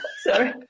Sorry